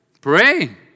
Pray